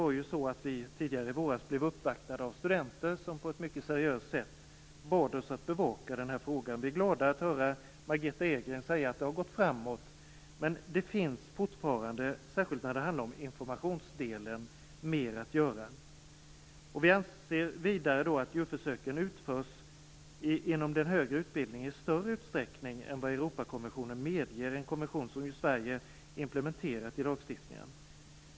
Vi blev ju tidigare under våren uppvaktade av studenter som på ett mycket seriöst sett bad oss att bevaka denna fråga. Vi är glada att höra Margitta Edgren säga att det har gått framåt. Men när det särskilt gäller informationsdelen finns det fortfarande mer att göra. Vi anser att djurförsöken inom den högre utbildningen utförs i större utsträckning än vad Europakonventionen medger - en konvention som Sverige implementerat i lagstiftningen.